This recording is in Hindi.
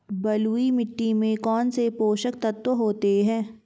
बलुई मिट्टी में कौनसे पोषक तत्व होते हैं?